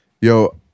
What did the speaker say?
yo